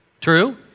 True